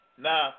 Now